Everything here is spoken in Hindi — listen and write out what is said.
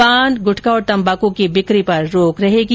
पान ग्रटखा और तंबाकू की बिकी पर रोक रहेगी